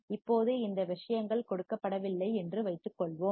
இப்போது இந்த விஷயங்கள் கொடுக்கப்படவில்லை என்று வைத்துக்கொள்வோம்